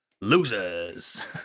Losers